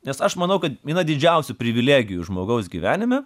nes aš manau kad viena didžiausių privilegijų žmogaus gyvenime